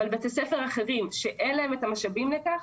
אבל בתי ספר אחרים שאין להם המשאבים לכך,